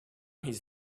his